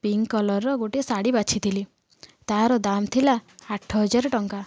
pink କଲରର ଗୋଟିଏ ଶାଢ଼ୀ ବାଛିଥିଲି ତାର ଦାମ ଥିଲା ଆଠ ହଜାର ଟଙ୍କା